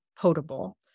potable